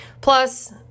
Plus